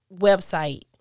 website